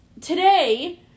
today